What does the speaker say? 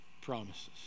promises